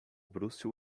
bruce